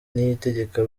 niyitegeka